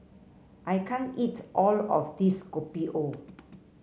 I can't eat all of this Kopi O